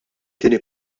tieni